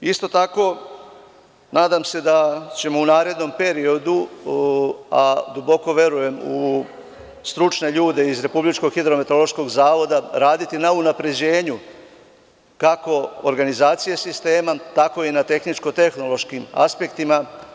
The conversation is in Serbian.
Isto tako, nadam se da ćemo u narednom periodu, a duboko verujem u stručne ljude iz Republičkog hidrometeorološkog zavoda, raditi na unapređenju kako organizacije sistema, tako i na tehničko-tehnološkim aspektima.